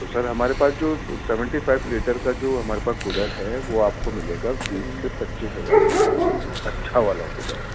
تو سر ہمارے پاس جو سیونٹی فائو لیٹر کا جو ہمارے پاس کولر ہے وہ آپ کو ملے گا بیس سے پچیس ہزار کی رینج میں اچھا والا کولر